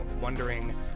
wondering